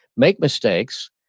make mistakes,